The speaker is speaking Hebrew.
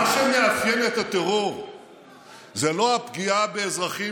מה שמאפיין את הטרור זה לא הפגיעה באזרחים,